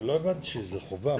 לא הבנתי שזאת חובה.